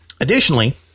Additionally